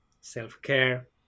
self-care